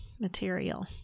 material